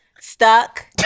stuck